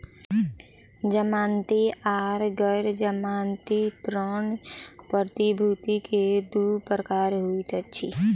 जमानती आर गैर जमानती ऋण प्रतिभूति के दू प्रकार होइत अछि